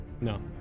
no